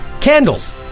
Candles